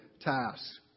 tasks